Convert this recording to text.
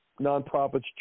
nonprofits